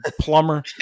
plumber